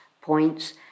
points